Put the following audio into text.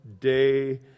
day